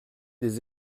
des